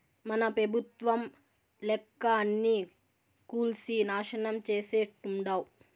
మన పెబుత్వం లెక్క అన్నీ కూల్సి నాశనం చేసేట్టుండావ్